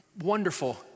wonderful